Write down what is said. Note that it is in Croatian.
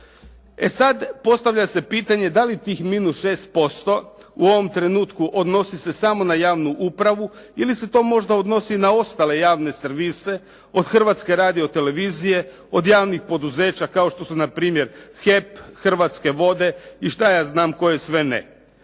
E sada, postavlja se pitanje da li tih minus 6% u ovom trenutku odnosi se samo na javnu upravu, ili se to možda odnosi na ostale javne servise, od Hrvatske radiotelevizije, od javnih poduzeća kao što su npr. HEP, Hrvatske vode i šta ja znam koje sve ne.